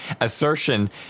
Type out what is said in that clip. assertion